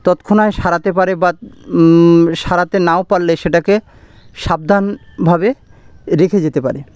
তৎক্ষণাৎ সারাতে পারে বা সারাতে নাও পারলে সেটাকে সাবধান ভাবে রেখে যেতে পারে